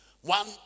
One